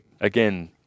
again